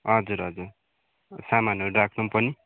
हजुर हजुर सामानहरू राख्नु पनि